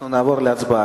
אנחנו נעבור להצבעה.